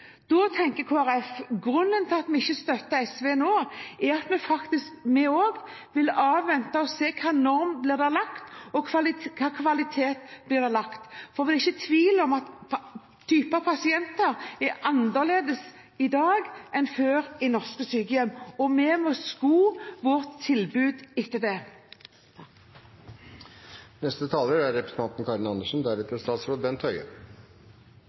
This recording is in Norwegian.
Da tenker Kristelig Folkeparti: Grunnen til at vi ikke støtter SV nå, er at vi også vil avvente og se hvilken norm og hvilken kvalitet som blir lagt. For vi er ikke i tvil om at typen pasienter i norske sykehjem er annerledes i dag enn før. Vi må sko vårt tilbud etter det.